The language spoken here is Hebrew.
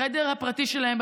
בחדר הפרטי שלהם,